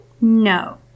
No